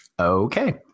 Okay